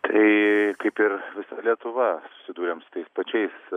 tai kaip ir visa lietuva susiduriame su tais pačiais